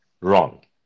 wrong